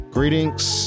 Greetings